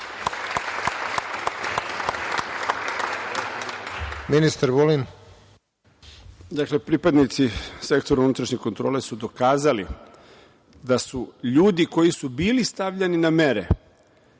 **Aleksandar Vulin** Dakle, pripadnici Sektora unutrašnje kontrole su dokazali da su ljudi koji su bili stavljeni na mere